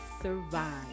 survive